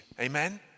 Amen